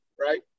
right